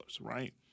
right